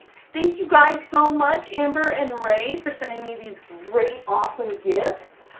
thank you guys so much, amber and rae, for sending me these great, awesome gifts!